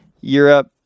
Europe